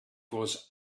was